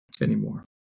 anymore